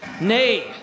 Nay